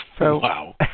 Wow